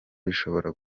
bishobora